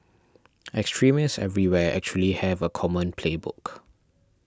extremists everywhere actually have a common playbook